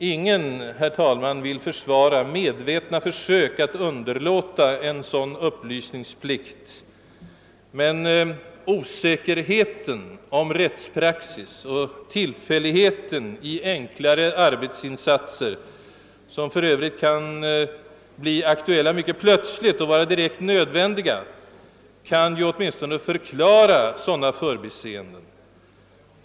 Ingen, herr talman, vill försvara medvetna försök att underlåta en sådan upplysningsplikt, men osäkerheten om rättspraxis och tillfälligheten i enklare arbetsinsatser, som för övrigt kan bli aktuella mycket plötsligt och vara direkt nödvändiga, kan åtminstone förklara sådana förbiseenden.